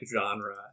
genre